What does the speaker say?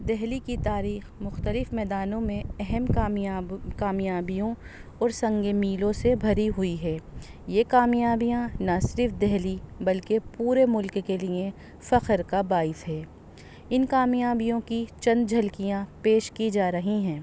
دہلی کی تاریخ مختلف میدانوں میں اہم کامیاب کامیابیوں اور سنگ میلوں سے بھری ہوئی ہے یہ کامیابیاں نہ صرف دہلی بلکہ پورے ملک کے لیے فخر کا باعث ہے ان کامیابیوں کی چند جھلکیاں پیش کی جا رہی ہیں